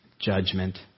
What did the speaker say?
judgment